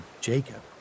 Jacob